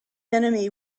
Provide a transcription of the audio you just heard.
enemy